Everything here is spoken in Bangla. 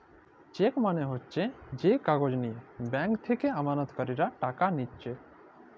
চেক মালে হচ্যে যে কাগজ লিয়ে ব্যাঙ্ক থেক্যে আমালতকারীরা টাকা লিছে